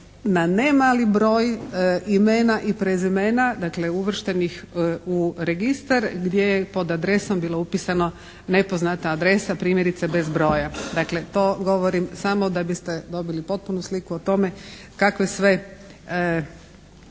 na ne mali broj imena i prezimena, dakle uvrštenih u registar gdje je pod adresom bila upisana nepoznata adresa primjerice bez broja. Dakle, to govorim samo da biste dobili potpunu sliku o tome kakve sve